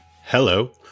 Hello